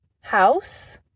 house